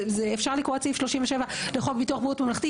אפשר לקרוא את סעיף 37 לחוק ביטוח בריאות ממלכתי,